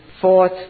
fourth